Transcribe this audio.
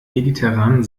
mediterranen